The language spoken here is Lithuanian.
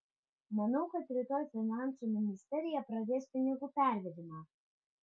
manau kad rytoj finansų ministerija pradės pinigų pervedimą